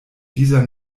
dieser